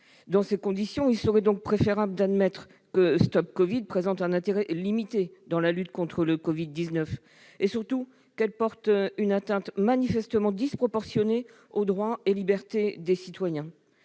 Dans ces conditions, il serait préférable d'admettre que l'application StopCovid présente un intérêt limité dans la lutte contre le Covid-19 et, surtout, qu'elle porte une atteinte manifestement disproportionnée aux droits et libertés des citoyens.